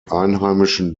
einheimischen